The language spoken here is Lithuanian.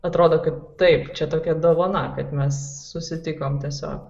atrodo kaip taip čia tokia dovana kad mes susitikom tiesiog